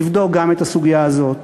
לבדוק גם את הסוגיה הזאת.